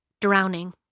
drowning